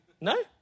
No